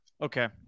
Okay